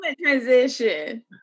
transition